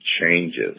changes